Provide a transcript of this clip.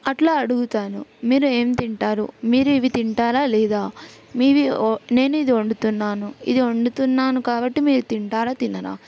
అట్లా అడుగుతాను మీరు ఏం తింటారు మీరు ఇవి తింటారా లేదా మీవి ఓ నేనిది వండుతున్నాను ఇది వండుతున్నాను కాబట్టి మీరు తింటారా తినరా